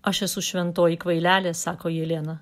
aš esu šventoji kvailelė sako jelena